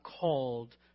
called